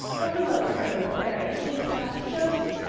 for who ever heard of a fairy queen as fat as josie?